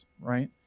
right